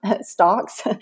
stocks